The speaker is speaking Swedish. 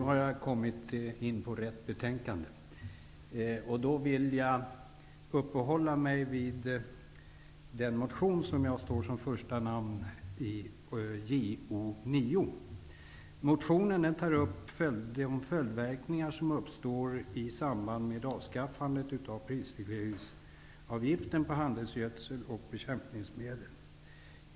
Herr talman! Jag vill uppehålla mig vid den motion som jag står som första namn på, JoU9. I motionen tas upp frågan om de följdverkningar som uppstår i samband med avskaffandet av prisregleringsavgiften på handelsgödsel och bekämpningsmedel.